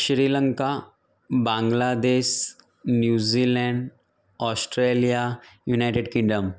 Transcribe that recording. Sri Lanka Bangladesh New Zealand Australia United kingdom